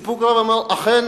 בסיפוק רב, אמר: אכן.